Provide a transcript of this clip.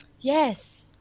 Yes